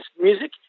music